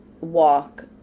walk